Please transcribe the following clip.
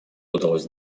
удалось